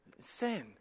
Sin